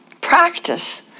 practice